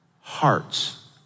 hearts